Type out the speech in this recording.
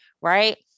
right